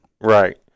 Right